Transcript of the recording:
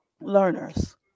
learners